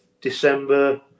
December